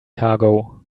cargo